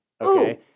Okay